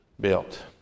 built